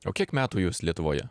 o kiek metų jūs lietuvoje